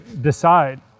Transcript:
decide